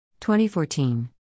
2014